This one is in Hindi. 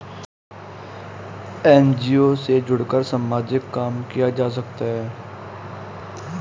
एन.जी.ओ से जुड़कर सामाजिक काम किया जा सकता है